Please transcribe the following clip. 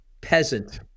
Peasant